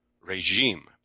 regime